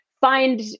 find